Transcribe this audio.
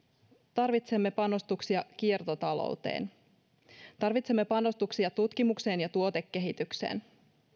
tarvitsemme panostuksia kiertotalouteen tarvitsemme panostuksia tutkimukseen ja tuotekehitykseen